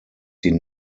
die